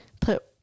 put